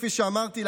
כפי שאמרתי,